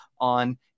on